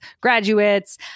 graduates